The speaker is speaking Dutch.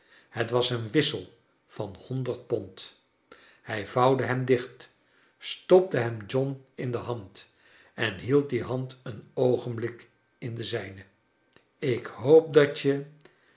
het was een wissel van honderd pond hij vouwde hem dicht stopte hem john in de hand en hield die hand een oogenblik in de zijne ik hoop dat je